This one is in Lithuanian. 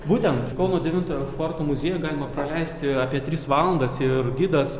būtent kauno devintojo forto muziejuje galima praleisti apie tris valandas ir gidas